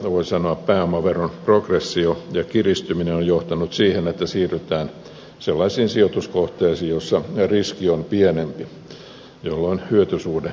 voi sanoa että pääomaveron progressio ja kiristyminen on johtanut siihen että siirrytään sellaisiin sijoituskohteisiin joissa riski on pienempi jolloin hyötysuhde vastaavasti paranee